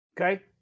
Okay